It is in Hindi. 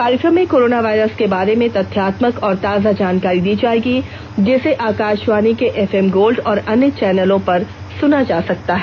कार्यक्रम में कोरोना वायरस के बारे में तथ्यात्मक और ताजा जानकारी दी जाएगी जिसे आकाशवाणी के एफएम गोल्ड और अन्य चैनलों पर सुना जा सकता है